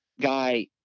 guy